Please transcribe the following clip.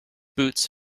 boots